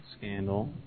scandal